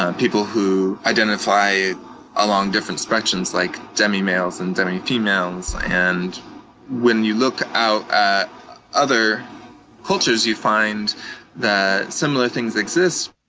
ah people who identify along different spectrums like demimales and demifemales. and when you look out at other cultures, you find that similar things exist.